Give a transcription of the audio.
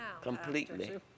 completely